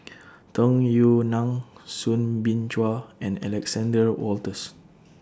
Tung Yue Nang Soo Bin Chua and Alexander Wolters